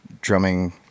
drumming